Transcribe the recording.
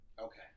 Okay